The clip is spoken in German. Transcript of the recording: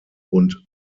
und